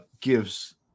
gives